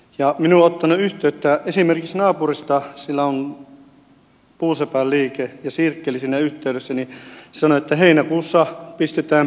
minuun on ottanut yhteyttä esimerkiksi naapuri jolla on puusepänliike ja sirkkeli siinä yhteydessä niin hän sanoi että heinäkuussa pistetään pillit pussiin